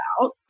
out